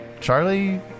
Charlie